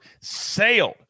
sailed